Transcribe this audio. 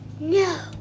No